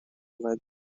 led